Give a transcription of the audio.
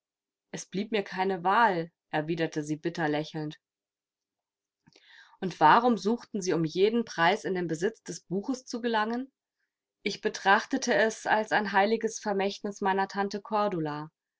es blieb mir keine wahl erwiderte sie bitter lächelnd und warum suchten sie um jeden preis in den besitz des buches zu gelangen ich betrachtete es als ein heiliges vermächtnis meiner tante cordula